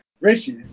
Riches